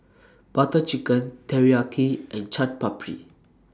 Butter Chicken Teriyaki and Chaat Papri